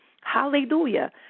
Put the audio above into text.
hallelujah